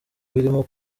birimo